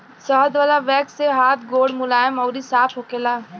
शहद वाला वैक्स से हाथ गोड़ मुलायम अउरी साफ़ होखेला